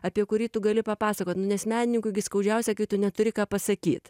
apie kurį tu gali papasakot nu nes menininkui gi skaudžiausia kai tu neturi ką pasakyt